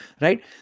right